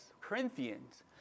Corinthians